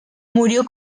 murió